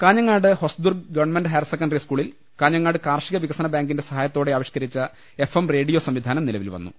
Kanhangad Hosdurg government higher secondary സ്കൂളിൽ കാഞ്ഞങ്ങാട്ട് കാർഷിക വികസന ബാങ്കിന്റെ സഹാ യത്തോടെ ആവിഷ്കരിച്ച എഫ് എം റേഡിയോ സംവിധാനം നിലവിൽ വന്നു